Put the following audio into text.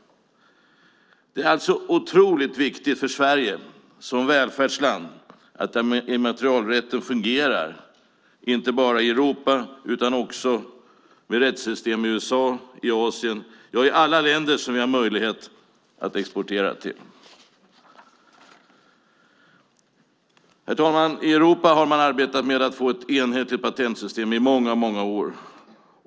Det är alltså otroligt viktigt för Sverige som välfärdsland att immaterialrätten fungerar, inte bara i Europa utan också med rättssystem i USA och i Asien, i alla länder som vi har möjlighet att exportera till. Herr talman! I Europa har man arbetat med att få ett enhetligt patentsystem i många år.